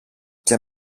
και